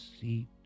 seat